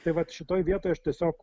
tai vat šitoj vietoj aš tiesiog